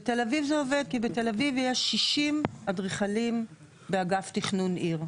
בתל אביב זה עובד כי בתל אביב יש 60 אדריכלים באגף תכנון עיר,